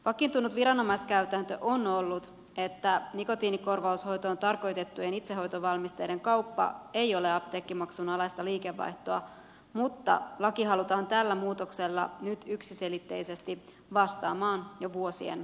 vakiintunut viranomaiskäytäntö on ollut että nikotiinikorvaushoitoon tarkoitettujen itsehoitovalmisteiden kauppa ei ole apteekkimaksun alaista liikevaihtoa mutta laki halutaan tällä muutoksella nyt yksiselitteisesti vastaamaan jo vuosien käytäntöä